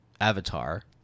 Avatar